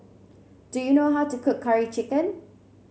do you know how to cook Curry Chicken